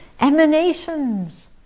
emanations